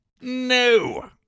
No